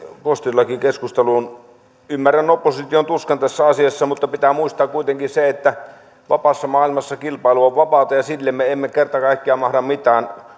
postilakikeskusteluun ymmärrän opposition tuskan tässä asiassa mutta pitää muistaa kuitenkin se että vapaassa maailmassa kilpailu on vapaata ja sille me emme kerta kaikkiaan mahda mitään